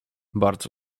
bardzo